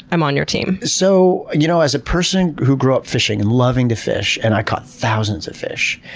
i'm on your team? so you know as a person who grew up fishing and loving to fish, and i caught thousands of fish,